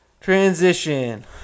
Transition